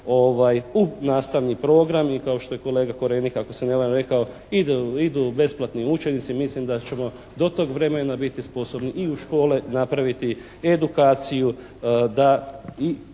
u nastavni program i kao što je kolega Korenika ako se ne varam idu besplatni učenici, mislim da ćemo do tog vremena biti sposobni i u škole napraviti edukaciju